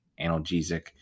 analgesic